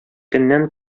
көннән